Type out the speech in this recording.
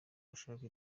bashaka